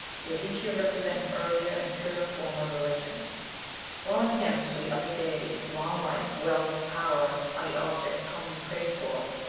the aditya represent an earlier and purer form of religion while in hymns to the other deities long life, wealth, power, are the objects commonly prayed for,